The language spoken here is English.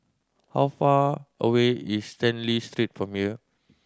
how far away is Stanley Street from here